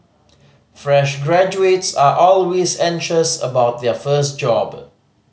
fresh graduates are always anxious about their first job